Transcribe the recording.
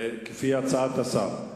לפי הצעת השר.